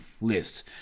list